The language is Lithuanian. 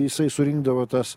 jisai surinkdavo tas